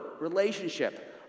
relationship